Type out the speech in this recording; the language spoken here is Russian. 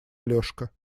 алешка